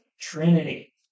Trinity